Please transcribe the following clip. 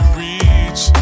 reach